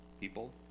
people